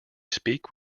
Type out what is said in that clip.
speak